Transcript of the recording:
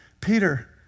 Peter